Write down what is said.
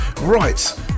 right